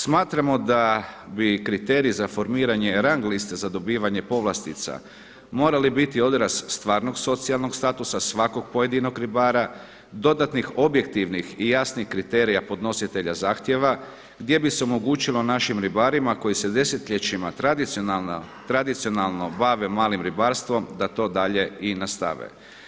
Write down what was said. Smatramo da bi kriteriji za formiranje rang liste za dobivanje povlastica morali biti odraz stvarnog socijalnog statusa svakog pojedinog ribara, dodatnih objektivnih i jasnih kriterija podnositelja zahtjeva gdje bi se omogućilo našim ribarima koji se desetljećima tradicionalno bave malim ribarstvom da to dalje i nastave.